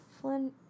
Flynn